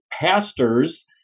pastors